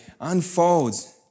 unfolds